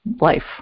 life